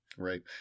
Right